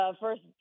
first